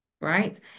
right